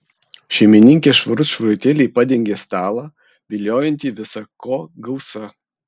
šeimininkė švarut švarutėliai padengė stalą viliojantį visa ko gausa